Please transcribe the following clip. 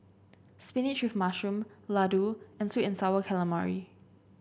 spinach with mushroom laddu and sweet and sour calamari